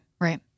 Right